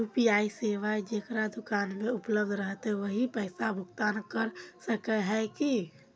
UPI सेवाएं जेकरा दुकान में उपलब्ध रहते वही पैसा भुगतान कर सके है की?